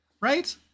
Right